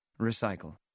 Recycle